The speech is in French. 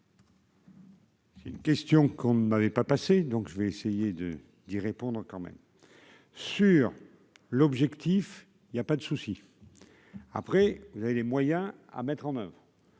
C'est une question qu'on n'avait pas passé donc je vais essayer de d'y répondre quand même sur l'objectif, il y a pas de souci, après vous avez les moyens à mettre en oeuvre,